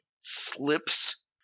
slips